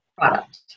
product